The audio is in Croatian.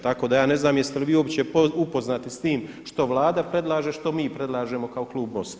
Tako da ja ne znam jeste li vi uopće upoznati s tim što Vlada predlaže, što mi predlažemo kao klub MOST-a.